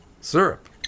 syrup